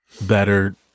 better